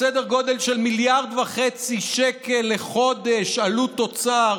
סדר גודל של 1.5 מיליארד שקל לחודש עלות תוצר,